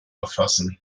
erfassen